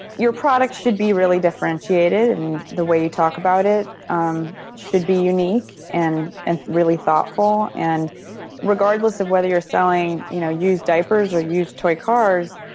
your product should be really differentiated in the way you talk about it. it um should be unique and and really thoughtful and regardless of whether you're selling, you know, used diapers or used toy cars